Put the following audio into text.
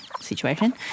situation